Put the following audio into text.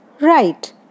right